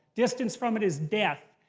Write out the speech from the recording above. distance from it is death.